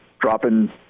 dropping